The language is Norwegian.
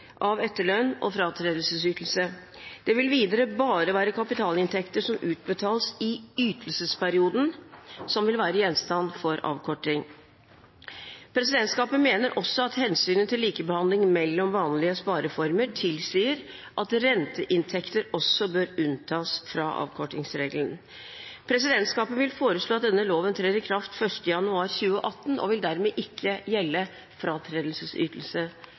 av etterlønn og fratredelsesytelse. Det vil videre bare være kapitalinntekter som utbetales i ytelsesperioden som vil være gjenstand for avkorting. Presidentskapet mener også at hensynet til likebehandling mellom vanlige spareformer tilsier at renteinntekter også bør unntas fra avkortingsregelen. Presidentskapet vil foreslå at denne loven trer i kraft 1. januar 2018 og vil dermed ikke gjelde fratredelsesytelse